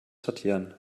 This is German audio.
sortieren